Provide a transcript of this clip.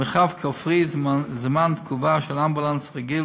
במרחב כפרי זמן תגובה של אמבולנס רגיל